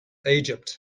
egypt